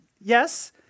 Yes